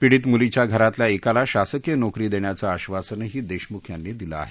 पिडीत मुलीच्या घरातल्या एकाला शासकीय नोकरी देण्याचं आश्वासनही देखमुख यांनी दिलं आहे